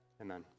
amen